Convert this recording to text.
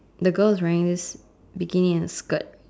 the girl's wearing this bikini and a skirt